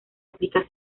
aplica